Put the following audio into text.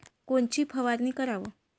कोनची फवारणी कराव?